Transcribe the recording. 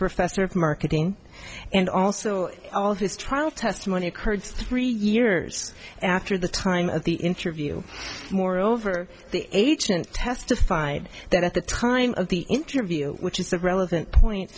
professor of marketing and also all of his trial testimony occurred three years after the time of the interview moreover the agent testified that at the time of the interview which is the relevant point